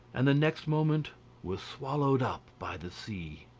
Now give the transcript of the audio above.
and the next moment were swallowed up by the sea.